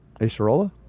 acerola